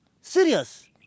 serious